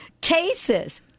Cases